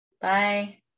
Bye